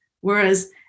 whereas